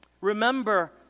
Remember